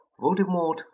Voldemort